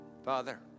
Father